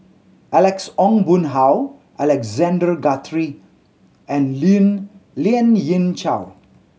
Alex Ong Boon Hau Alexander Guthrie and Lien Ying Chow